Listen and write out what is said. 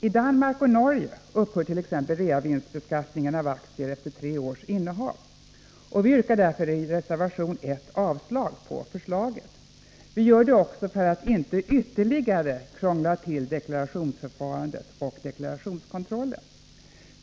I Danmark och Norge upphört.ex. reavinstbeskattningen av aktier efter tre års innehav. Vi yrkar därför i reservation 1 avslag på förslaget. Vi gör det också för att inte ytterligare krånga till deklarationsförfarandet och deklarationskontrollen.